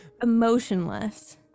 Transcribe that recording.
emotionless